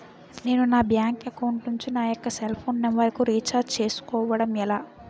నేను నా bank account నుంచి నా యెక్క సెల్ ఫోన్ నంబర్ కు రీఛార్జ్ చేసుకోవడం ఎలా?